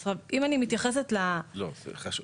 אם אני מתייחסת --- לא, זה חשוב.